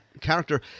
character